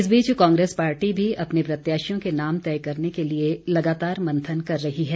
इस बीच कांग्रेस पार्टी भी अपने प्रत्याशियों के नाम तय करने के लिए लगातार मंथन कर रही है